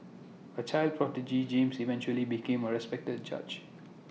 A child prodigy James eventually became A respected judge